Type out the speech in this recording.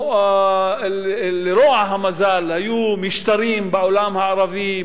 לרוע המזל היו משטרים בעולם הערבי,